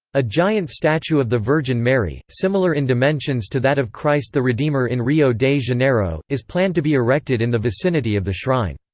a giant statue of the virgin mary similar in dimensions to that of christ the redeemer in rio de janeiro is planned to be erected in the vicinity of the shrine.